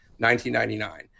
1999